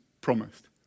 promised